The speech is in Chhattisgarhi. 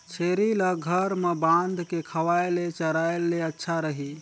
छेरी ल घर म बांध के खवाय ले चराय ले अच्छा रही?